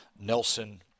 Nelson